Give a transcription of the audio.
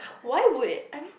why would it I mean